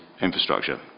infrastructure